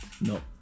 No